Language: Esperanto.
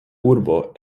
urbo